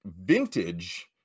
vintage